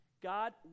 God